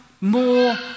more